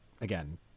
again